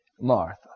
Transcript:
Martha